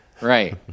Right